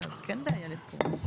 בחצי מילה.